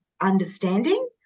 understanding